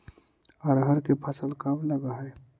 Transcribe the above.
अरहर के फसल कब लग है?